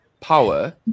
power